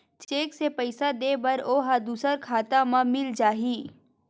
Cheque से पईसा दे बर ओहा दुसर खाता म मिल जाही?